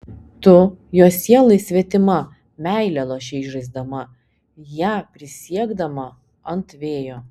tu jo sielai svetima meilę lošei žaisdama ją prisiekdama ant vėjo